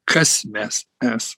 kas mes es